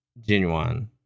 genuine